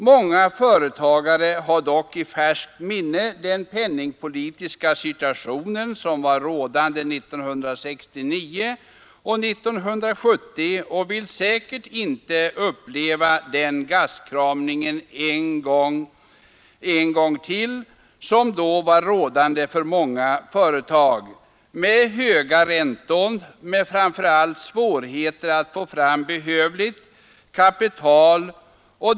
Många företagare har dock i färskt minne den penningpolitiska situation som rådde 1969 och 1970 och vill säkert inte uppleva den gastkramningen en gång till med höga räntor men framför allt svårigheter att få fram behövligt kapital.